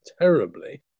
terribly